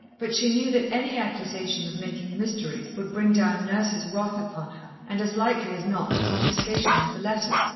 but she knew that any accusation of making mysteries would bring down nurse's wrath upon her, and as likely as not the confiscation of the letter.